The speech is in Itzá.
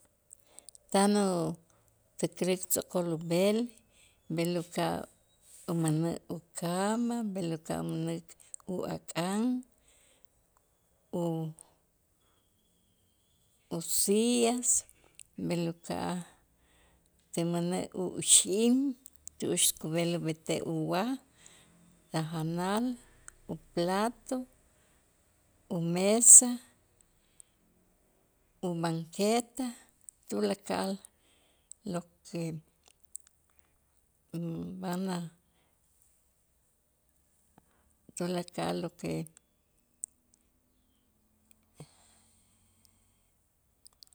Tan usecre tz'o'kol ub'el, b'el uka'aj umanäk ucama, bel ula'aj mänäk u a' k'aan, u- usillas, b'el uka'aj tinmänaj uxim tu'ux kub'el ub'etej uwaj tajanal uplato, umesa, ubanqueta tulakal lo que u van a tulakal lo que